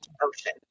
ocean